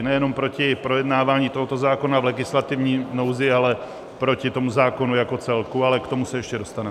Nejenom proti projednávání tohoto zákona v legislativní nouzi, ale proti tomu zákonu jako celku, ale k tomu se ještě dostaneme.